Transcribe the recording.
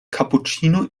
cappuccino